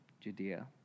Judea